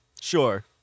sure